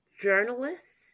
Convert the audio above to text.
journalists